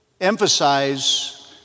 emphasize